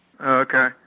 Okay